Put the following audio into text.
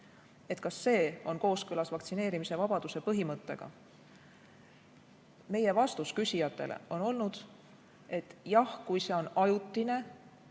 söömas, on kooskõlas vaktsineerimise vabaduse põhimõttega. Meie vastus küsijatele on olnud, et jah, kui see on ajutine,